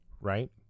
right